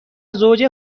زوج